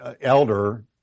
elder